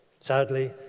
Sadly